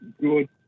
good